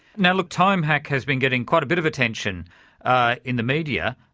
now look time hack has been getting quite a bit of attention in the media.